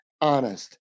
honest